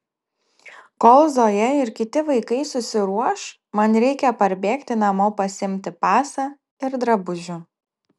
kol zoja ir kiti vaikai susiruoš man reikia parbėgti namo pasiimti pasą ir drabužių